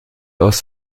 aus